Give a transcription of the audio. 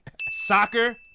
Soccer